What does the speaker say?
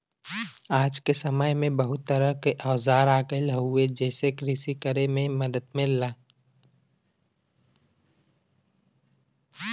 आज क समय में बहुत तरह क औजार आ गयल हउवे जेसे कृषि करे में मदद मिलला